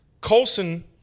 Colson